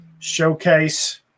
showcase